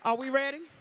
ah we ready?